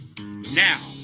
Now